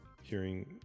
hearing